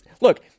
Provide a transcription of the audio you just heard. Look